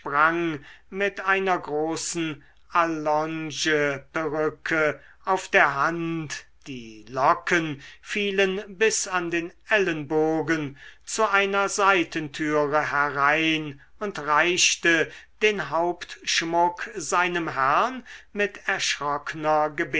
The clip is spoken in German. mit einer großen allongeperücke auf der hand die locken fielen bis an den ellenbogen zu einer seitentüre herein und reichte den hauptschmuck seinem herrn mit erschrockner